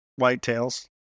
whitetails